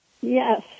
yes